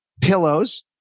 pillows